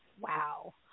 wow